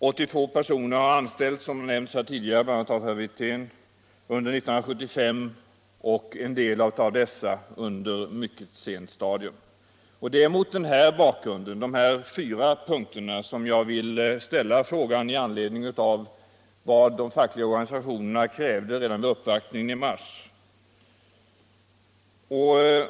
Som nämnts här tidigare har 82 personer anställts under 1975, och en del av dem på mycket sent stadium. Det är mot bakgrund av dessa fyra punkter som jag vill ta upp några frågor i anledning av vad de fackliga organisationerna krävde redan vid uppvaktningen i mars.